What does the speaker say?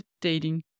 dating